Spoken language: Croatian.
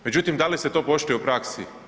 Međutim, da li se to poštuje u praksi?